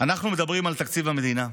אנחנו מדברים על תקציב המדינה,